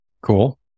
Cool